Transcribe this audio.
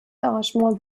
arrangement